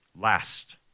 Last